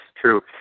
true